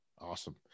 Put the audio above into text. Awesome